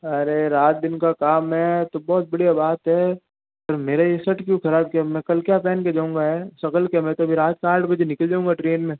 अरे रात दिन का काम है तो बहुत बढ़िया बात है पर मेरा यह शर्ट क्यों खराब किया मैं कल क्या पहन के जाऊंगा हैं सगल क्या मैं तो अभी रात के आठ बजे निकल जाऊंगा ट्रेन में